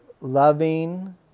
loving